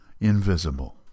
invisible